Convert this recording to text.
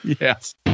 Yes